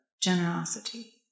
generosity